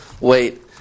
wait